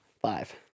Five